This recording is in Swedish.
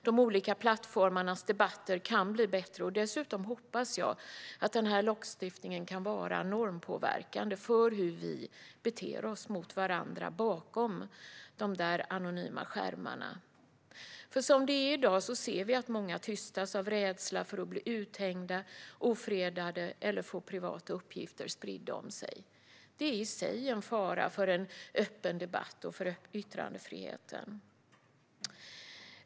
De olika plattformarnas debatter kan bli bättre, och dessutom hoppas jag att den här lagstiftningen kan vara normpåverkande för hur vi beter oss mot varandra bakom de där anonyma skärmarna. Som det är i dag ser vi att många tystas av rädsla för att bli uthängda och ofredade eller att få privata uppgifter spridda om sig. Det är i sig en fara för en öppen debatt och för yttrandefriheten.